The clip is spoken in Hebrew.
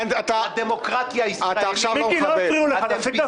אתם דורסניים, אתם אלימים.